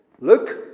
Look